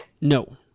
No